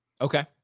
Okay